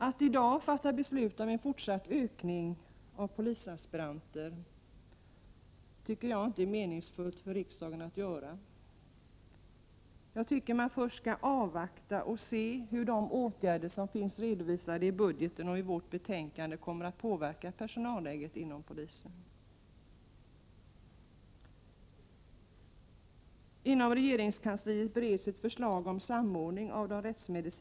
Jag tycker inte att det är meningsfullt för riksdagen att i dag fatta beslut om en fortsatt ökning av antalet polisaspiranter. Jag tycker att man först skall avvakta och se hur de åtgärder som finns redovisade i budgeten och i betänkandet kommer att påverka personalläget inom polisen. Inom regeringskansliet bereds ett förslag om samordning av det rättsmedi Prot.